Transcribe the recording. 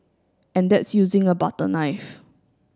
and that's using a butter knife